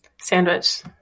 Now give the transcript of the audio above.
Sandwich